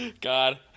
God